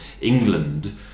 England